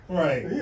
right